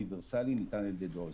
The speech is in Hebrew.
האוניברסלי ניתן על ידי דואר ישראל.